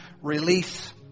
release